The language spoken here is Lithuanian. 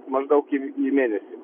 maždaug į į mėnesį